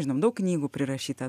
žinom daug knygų prirašyta